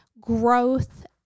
growth